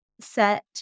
set